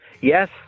Yes